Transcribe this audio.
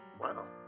Wow